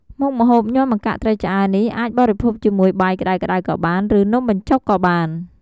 មុខម្ហូបញាំម្កាក់ត្រីឆ្អើរនេះ អាចបរិភោគជាមួយបាយក្តៅៗក៏បាន ឬនំបញ្ចុកក៏បាន។